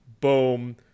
boom